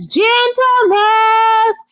gentleness